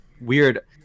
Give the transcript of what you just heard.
weird